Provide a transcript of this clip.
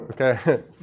Okay